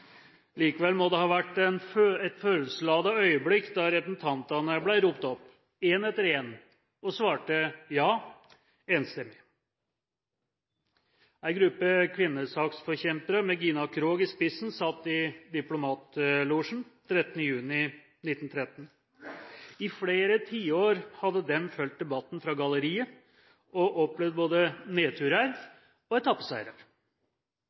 Likevel må det ha vært et følelsesladet øyeblikk da representantene ble ropt opp én etter én og svarte ja enstemmig. En gruppe kvinnesaksforkjempere med Gina Krog i spissen, satt i diplomatlosjen 13. juni 1913. I flere tiår hadde de fulgt debatten fra galleriet og opplevd både nedturer og